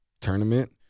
tournament